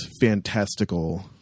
fantastical –